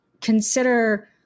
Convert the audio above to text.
consider